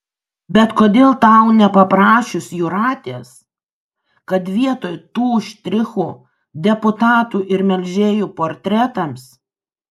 bet kodėl tau nepaprašius jūratės kad vietoj tų štrichų deputatų ir melžėjų portretams